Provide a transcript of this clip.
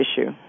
issue